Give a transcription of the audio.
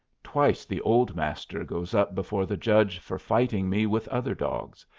twice the old master goes up before the judge for fighting me with other dogs,